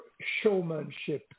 showmanship